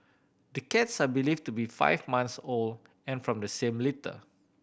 the cats are believed to be five months old and from the same litter